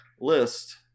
list